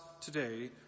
today